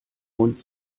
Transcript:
mund